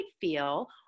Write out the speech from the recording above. feel